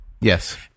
Yes